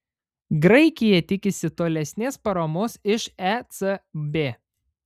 graikija tikisi tolesnės paramos iš ecb